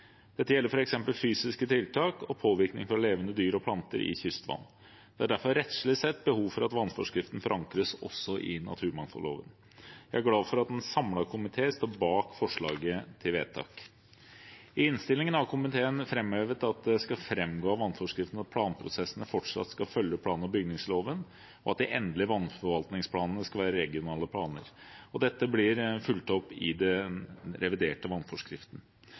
Dette gjelder f.eks. fysiske tiltak og påvirkning fra levende dyr og planter i kystvann. Det er derfor rettslig sett behov for at vannforskriften forankres også i naturmangfoldloven. Jeg er glad for at en samlet komité står bak forslaget til vedtak. I innstillingen har komiteen framhevet at det skal framgå av vannforskriften at planprosessene fortsatt skal følge plan- og bygningsloven, og at de endelige vannforvaltningsplanene skal være regionale planer. Dette blir fulgt opp i den reviderte vannforskriften.